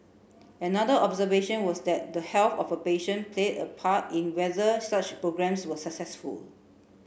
another observation was that the health of a patient played a part in whether such programmes were successful